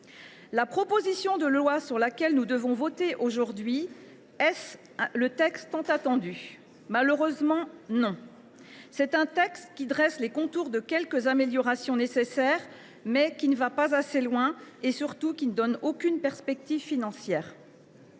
La proposition de loi que nous devons voter aujourd’hui est elle ce texte tant attendu ? Malheureusement, non. Elle dresse les contours de quelques améliorations nécessaires, mais sans aller assez loin. Surtout, elle ne donne aucune perspective financière.